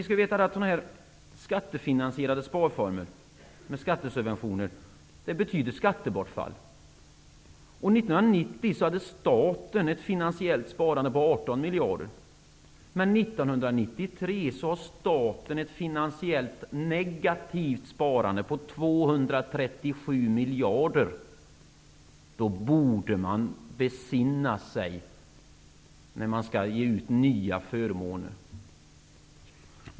Sparformer som finansieras med skattesubventioner betyder ett skattebortfall. 1990 har staten ett finansiellt negativt sparande på minus 237 miljarder. I det läget borde man besinna sig, när man skall besluta om nya förmåner.